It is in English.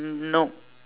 no